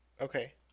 Okay